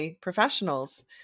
professionals